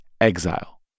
Exile